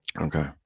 Okay